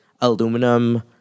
aluminum